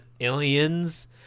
Aliens